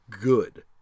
good